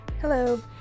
Hello